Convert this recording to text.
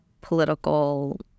political